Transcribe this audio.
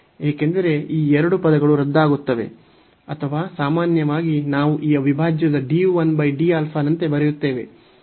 ಏಕೆಂದರೆ ಈ ಎರಡು ಪದಗಳು ರದ್ದಾಗುತ್ತವೆ ಅಥವಾ ಸಾಮಾನ್ಯವಾಗಿ ನಾವು ಈ ಅವಿಭಾಜ್ಯದ du 1 dα ನಂತೆ ಬರೆಯುತ್ತೇವೆ